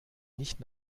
nicht